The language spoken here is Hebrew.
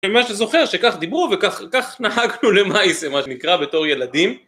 אני ממש זוכר שכך דיברו וכך נהגנו למעשה, מה שנקרא, בתור ילדים